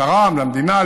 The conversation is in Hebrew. תרם למדינה,